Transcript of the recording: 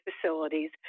facilities